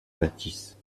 bâtisse